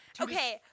Okay